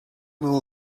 will